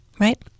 Right